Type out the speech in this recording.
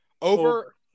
Over